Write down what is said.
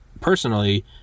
personally